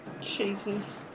Jesus